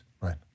Right